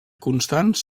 constants